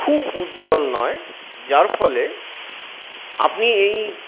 খুব উজ্জ্বল নয় যার ফলে আপনি এই